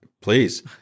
Please